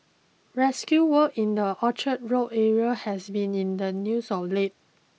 rescue work in the Orchard Road area has been in the news of late